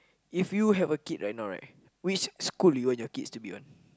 if you have a kid right now right which school do you want your kids to be on